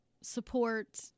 support